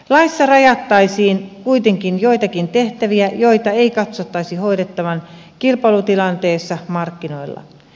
laissa rajattaisiin kuitenkin joitakin tehtäviä joita ei katsottaisi hoidettavan kilpailutilanteessa markkinoilla